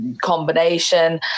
combination